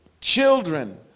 children